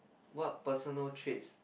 what personal traits